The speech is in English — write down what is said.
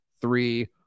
three